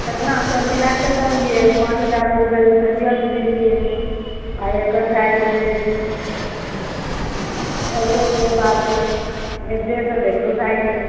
कतना सब मिलाके तऽ कहलियै पाँच हजार ओ भेल फेसियल बिलीच के आ एकर भऽ जेतै आइब्रोके बालके एक डेढ़ सए तऽ एकरो भऽ जेतै